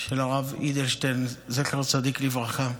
של הרב אדלשטיין, זכר צדיק לברכה.